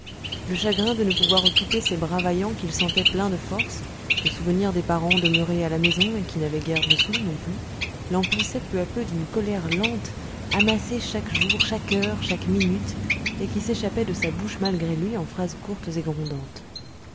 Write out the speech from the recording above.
le chagrin de ne pouvoir occuper ses bras vaillants qu'il sentait pleins de force le souvenir des parents demeurés à la maison et qui n'avaient guère de sous non plus l'emplissaient peu à peu d'une colère lente amassée chaque jour chaque heure chaque minute et qui s'échappait de sa bouche malgré lui en phrases courtes et grondantes